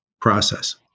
process